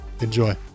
Enjoy